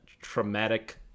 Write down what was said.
traumatic